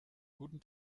guten